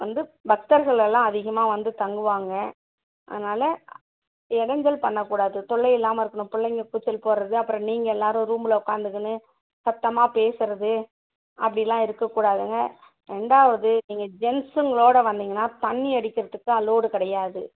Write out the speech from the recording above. வந்து பக்தர்களெல்லாம் அதிகமாக வந்து தங்குவாங்க அதனால் இடஞ்சல் பண்ணக் கூடாது தொல்லை இல்லாமல் இருக்கணும் பிள்ளைங்க கூச்சல் போட்றது அப்புறம் நீங்கள் எல்லாரும் ரூம்மில் உட்காந்துக்குன்னு சத்தமாக பேசுறது அப்படிலாம் இருக்கக் கூடாதுங்க ரெண்டாவது நீங்கள் ஜென்ஸுங்களோட வந்திங்கன்னா தண்ணி அடிக்கிறதுக்கு அலோடு கிடையாது